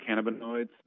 cannabinoids